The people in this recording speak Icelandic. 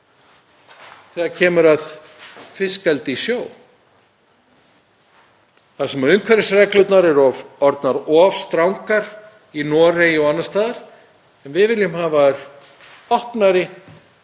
þegar kemur að fiskeldi í sjó þar sem umhverfisreglurnar eru of orðnar of strangar í Noregi og annars staðar. Við viljum hafa þær opnari